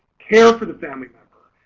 care for the family member.